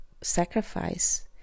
sacrifice